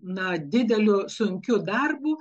na dideliu sunkiu darbu